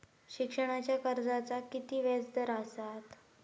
शिक्षणाच्या कर्जाचा किती व्याजदर असात?